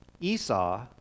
Esau